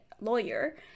lawyer